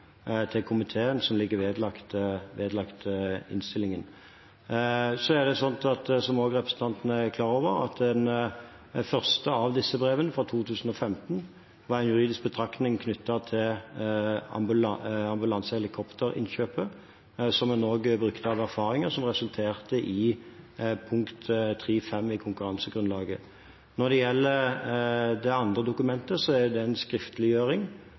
til komiteen, som ligger vedlagt innstillingen. Som også representanten er klar over, var det første av disse brevene, fra 2015, en juridisk betraktning knyttet til ambulansehelikopterinnkjøpet, som en også brukte erfaringer fra, og som resulterte i pkt. 3.5 i konkurransegrunnlaget. Når det gjelder det andre dokumentet, er det en skriftliggjøring